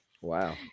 Wow